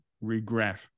regret